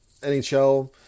NHL